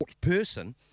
person